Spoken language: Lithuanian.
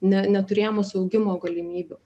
ne neturėjimas augimo galimybių